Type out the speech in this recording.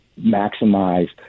maximize